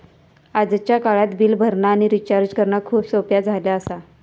आजच्या काळात बिल भरणा आणि रिचार्ज करणा खूप सोप्प्या झाला आसा